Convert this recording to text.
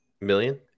million